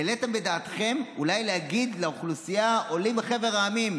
העליתם בדעתכם אולי להגיד לאוכלוסיית העולים מחבר המדינות,